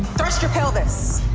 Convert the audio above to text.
thrust your pelvis!